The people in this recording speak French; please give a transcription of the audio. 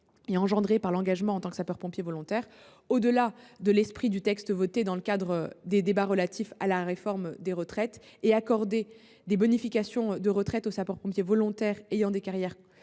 engendrées par l’engagement en tant que sapeur pompier volontaire. Aller au delà de l’esprit du texte adopté à l’issue des débats relatifs à la réforme des retraites et accorder des bonifications de retraite aux sapeurs pompiers volontaires ayant des carrières